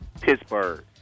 Pittsburgh